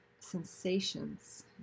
Sensations